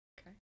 Okay